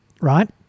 right